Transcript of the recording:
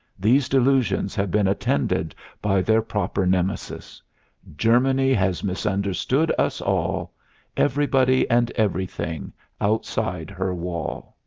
these delusions have been attended by their proper nemesis germany has misunderstood us all everybody and everything outside her wall.